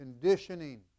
Conditioning